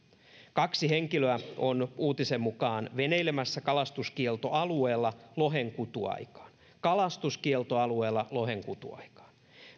kaksi henkilöä on uutisen mukaan veneilemässä kalastuskieltoalueella lohen kutuaikaan kalastuskieltoalueella lohen kutuaikaan